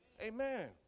Amen